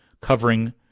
covering